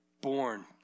born